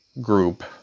group